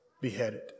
beheaded